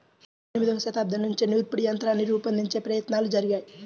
పద్దెనిమదవ శతాబ్దం నుంచే నూర్పిడి యంత్రాన్ని రూపొందించే ప్రయత్నాలు జరిగాయి